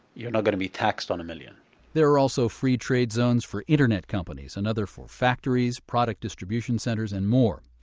you're not gonna be taxed on a million there are also free-trade zones for internet companies, another for factories, product distribution centers and more.